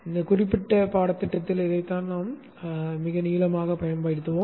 இந்த குறிப்பிட்ட பாடத்திட்டத்தில் இதைத்தான் நாம் மிக நீளமாகப் பயன்படுத்துவோம்